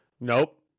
Nope